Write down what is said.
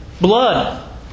blood